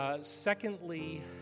Secondly